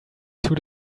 too